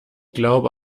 glaube